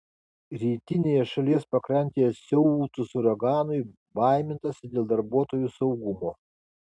rytinėje šalies pakrantėje siautus uraganui baimintasi dėl darbuotojų saugumo